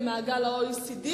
לשמחתי הצלחת,